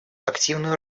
активную